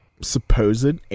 supposed